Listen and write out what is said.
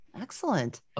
Excellent